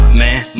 man